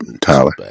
Tyler